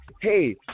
hey